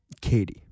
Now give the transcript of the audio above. Katie